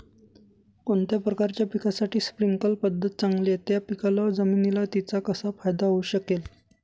कोणत्या प्रकारच्या पिकासाठी स्प्रिंकल पद्धत चांगली आहे? त्या पिकाला व जमिनीला तिचा कसा फायदा होऊ शकेल?